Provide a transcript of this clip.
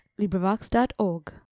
LibriVox.org